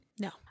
No